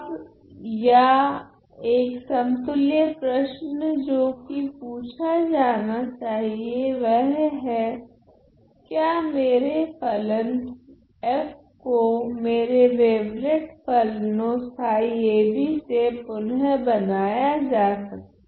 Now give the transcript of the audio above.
अब या एक समतुल्य प्रश्न जो कि पूछा जाना चाहिए वह है क्या मेरे फलन f को मेरे वेवलेट फलनो से पुनः बनाया जा सकता है